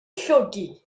llwgu